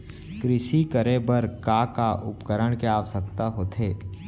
कृषि करे बर का का उपकरण के आवश्यकता होथे?